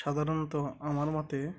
সাধারণত আমার মতে